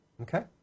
Okay